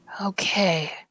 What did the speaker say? Okay